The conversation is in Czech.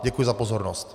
Děkuji za pozornost.